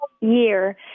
year